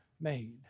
made